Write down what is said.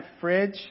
fridge